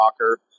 rocker